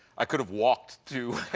i could have walked to